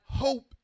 Hope